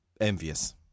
envious